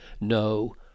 no